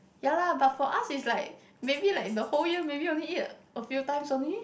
ya lah but for us is like maybe like the whole year maybe only eat a few times only